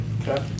Okay